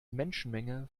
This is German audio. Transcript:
menschenmenge